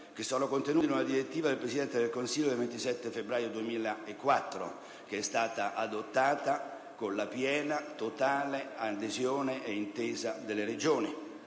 che sono contenute in una direttiva del Presidente del Consiglio del 27 febbraio 2004, adottata con la piena e totale adesione e intesa delle Regioni,